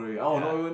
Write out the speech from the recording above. ya